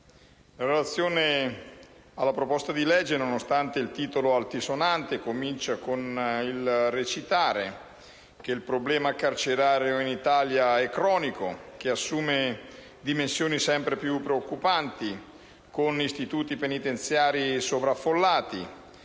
La relazione alla proposta di legge, nonostante il titolo altisonante, comincia con il recitare che il problema carcerario in Italia è cronico ed assume dimensioni sempre più preoccupanti, con istituti penitenziari sovraffollati,